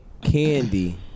Candy